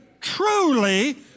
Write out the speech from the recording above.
truly